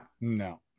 No